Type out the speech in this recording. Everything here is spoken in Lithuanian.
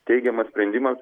teigiamą sprendimą